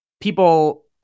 people